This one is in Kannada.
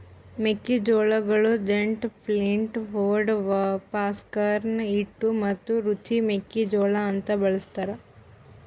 ಮೆಕ್ಕಿ ಜೋಳಗೊಳ್ ದೆಂಟ್, ಫ್ಲಿಂಟ್, ಪೊಡ್, ಪಾಪ್ಕಾರ್ನ್, ಹಿಟ್ಟು ಮತ್ತ ರುಚಿ ಮೆಕ್ಕಿ ಜೋಳ ಅಂತ್ ಬಳ್ಸತಾರ್